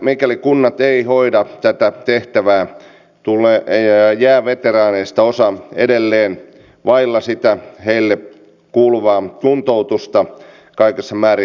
mikäli kunnat eivät hoida tätä tehtävää jää veteraaneista osa edelleen vaille sitä heille kuuluvaa kuntoutusta kaikissa määrin